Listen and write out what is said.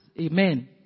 Amen